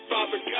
Father